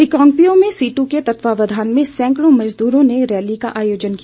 रिकांगपिओ में सीटू के तत्वाधान में सैंकड़ों मजदूरों ने रैली का आयोजन किया